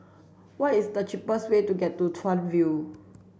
what is the cheapest way to get to Chuan View